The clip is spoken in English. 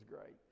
great